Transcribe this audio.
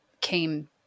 came